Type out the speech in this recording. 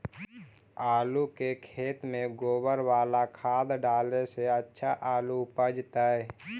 आलु के खेत में गोबर बाला खाद डाले से अच्छा आलु उपजतै?